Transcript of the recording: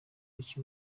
rich